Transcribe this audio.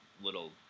little